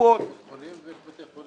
חולים וכולי.